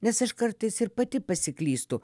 nes aš kartais ir pati pasiklystu